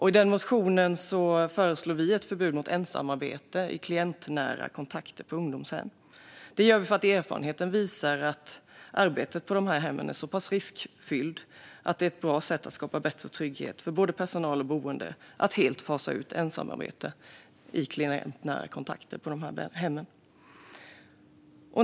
I den motionen föreslår vi ett förbud mot ensamarbete i klientnära kontakter på ungdomshem. Det gör vi för att erfarenheten visar att arbetet på dessa hem är så pass riskfyllt. Det är ett bra sätt att skapa bättre trygghet för både personal och boende att helt fasa ut ensamarbete i klientnära kontakter på dessa hem.